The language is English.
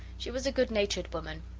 she was a good-natured woman.